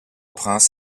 prince